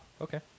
Okay